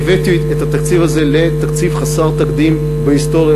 והבאתי את התקציב הזה לתקציב חסר תקדים בהיסטוריה